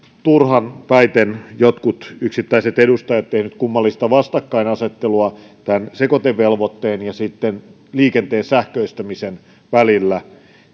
turhanpäiten jotkut yksittäiset edustajat tehneet kummallista vastakkainasettelua sekoitevelvoitteen ja liikenteen sähköistämisen välillä